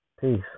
Peace